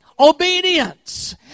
obedience